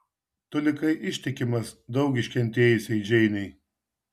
tu likai ištikimas daug iškentėjusiai džeinei